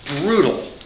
brutal